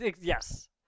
yes